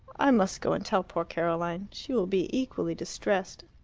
i must go and tell poor caroline. she will be equally distressed.